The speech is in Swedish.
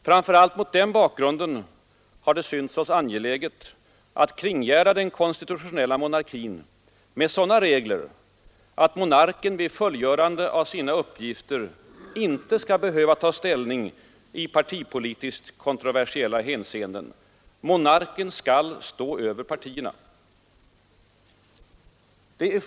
Framför allt mot den bakgrunden har det synts oss angeläget att kringgärda den konstitutionella monarkin med sådana regler att monarken vid fullgörande av sina uppgifter inte skall behöva ta ställning i partipolitiskt kontroversiella hänseenden. Monarken skall stå över partierna.